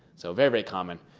so very, very common.